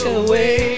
away